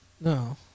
No